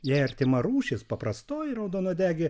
jai artima rūšis paprastoji raudonuodegė